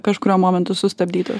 kažkuriuo momentu sustabdyta